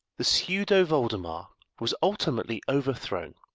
the pseudo voldemar was ultimately overthrown,